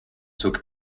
took